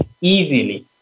easily